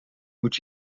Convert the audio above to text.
moet